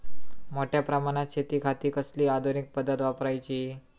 मोठ्या प्रमानात शेतिखाती कसली आधूनिक पद्धत वापराची?